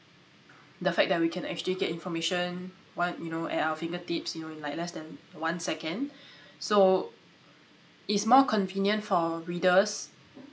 the fact that we can actually get information when you know at our fingertips you know in like less than one second so it's more convenient for readers